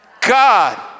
God